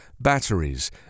batteries